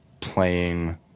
playing